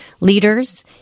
leaders